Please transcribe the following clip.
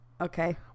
Okay